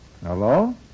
Hello